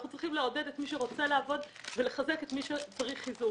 אנחנו צריכים לעודד את מי שרוצה לעבוד ולחזק את מי שצריך חיזוק.